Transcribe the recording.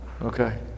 okay